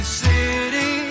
city